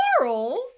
Morals